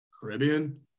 Caribbean